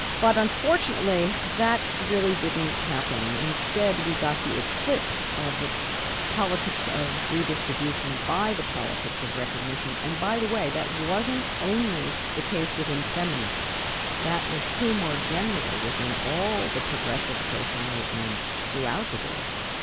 but unfortunately, that really didn't happen. instead we got the eclipse of the politics of redistribution by the politics politics of recognition and, by the way, that wasn't only the case within feminism that was true more generally within all the progressive social movements throughout the world.